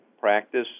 practice